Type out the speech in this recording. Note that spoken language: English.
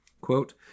Quote